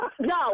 No